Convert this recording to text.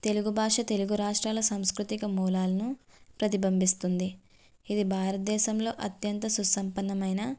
తెలుగు భాష తెలుగు రాష్ట్రాల సంస్కృతిక మూలాలను ప్రతిబింబిస్తుంది ఇది భారతదేశంలో అత్యంత సుస్సంపన్నమైన